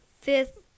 fifth